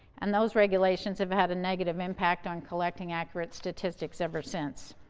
and those regulations have had a negative impact on collecting accurate statistics ever since.